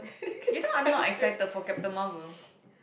you know I'm not excited for Captain Marvel